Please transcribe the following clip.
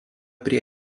prie